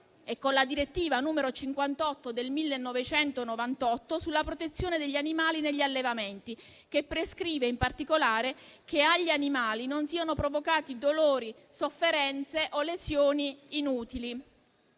e con la direttiva n. 58 del 1998 sulla protezione degli animali negli allevamenti, che prescrive in particolare che agli animali non siano provocati dolori, sofferenze o lesioni inutili.